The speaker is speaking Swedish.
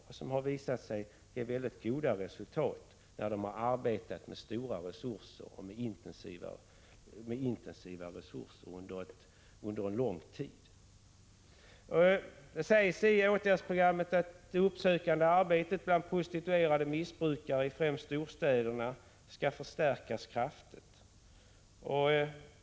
Dessa projekt har visat sig ge väldigt goda resultat då de arbetat med stora resurser och intensiva insatser under en lång tid. Det sägs också i åtgärdsprogrammet: ”Det uppsökande arbetet bland prostituerade missbrukare i främst storstäderna måste förstärkas kraftigt.